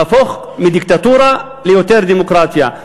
להפוך מדיקטטורה ליותר דמוקרטיה.